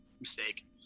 Mistake